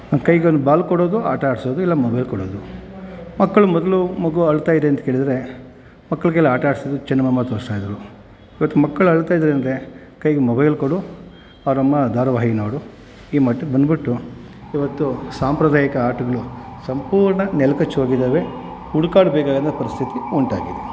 ಕೈಗೊಂದು ball ಕೊಡೋದು ಆಟ ಆಡಿಸೋದು ಇಲ್ಲ ಮೊಬೈಲ್ ಕೊಡೋದು ಮಕ್ಕಳು ಮೊದಲು ಮಗು ಅಳ್ತಾಯಿದೆ ಅಂತ ಕೇಳಿದರೆ ಮಕ್ಕಳಿಗೆಲ್ಲ ಆಟ ಆಡ್ಸೋದು ಚಂದ ಮಾಮ ತೋರಿಸ್ತಾಯಿದ್ರು ಇವತ್ತು ಮಕ್ಳು ಅಳ್ತಾಯಿದ್ದಾರೆ ಅಂದರೆ ಕೈಗೆ ಮೊಬೈಲ್ ಕೊಡು ಅವ್ರು ಅಮ್ಮ ಧಾರಾವಾಹಿ ನೋಡು ಈ ಮಟ್ಟಕ್ಕೆ ಬಂದ್ಬಿಟ್ಟು ಇವತ್ತು ಸಾಂಪ್ರದಾಯಿಕ ಆಟಗಳು ಸಂಪೂರ್ಣ ನೆಲಕಚ್ಚಿ ಹೋಗಿದ್ದಾವೆ ಹುಡುಕಾಡ್ಬೇಕಾದ ಪರಿಸ್ಥಿತಿ ಉಂಟಾಗಿದೆ